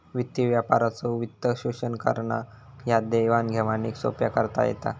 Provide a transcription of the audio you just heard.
वित्तीय व्यापाराचो वित्तपोषण करान ह्या देवाण घेवाणीक सोप्पा करता येता